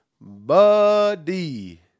Buddy